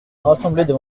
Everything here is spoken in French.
rassemblaient